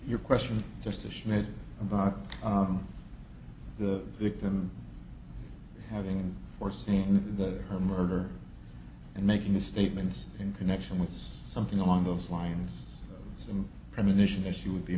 your question just a smidgen about the victim having foreseen that her murder and making these statements in connection with something along those lines some premonition that she would be